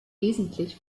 wesentlich